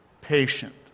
patient